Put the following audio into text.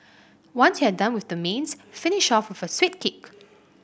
once you're done with the mains finish off with a sweet kick